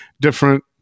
different